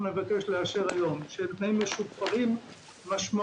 נבקש לאשר היום שהם תנאים משופרים משמעותית